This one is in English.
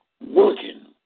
working